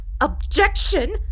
Objection